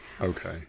Okay